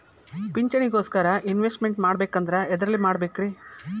ಪಿಂಚಣಿ ಗೋಸ್ಕರ ಇನ್ವೆಸ್ಟ್ ಮಾಡಬೇಕಂದ್ರ ಎದರಲ್ಲಿ ಮಾಡ್ಬೇಕ್ರಿ?